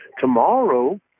Tomorrow